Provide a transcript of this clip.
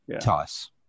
toss